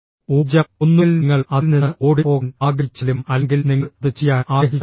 ഊർജ്ജം ഒന്നുകിൽ നിങ്ങൾ അതിൽ നിന്ന് ഓടിപ്പോകാൻ ആഗ്രഹിച്ചാലും അല്ലെങ്കിൽ നിങ്ങൾ അത് ചെയ്യാൻ ആഗ്രഹിച്ചാലും